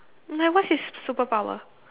like what's his superpower